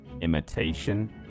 imitation